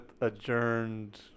adjourned